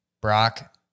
Brock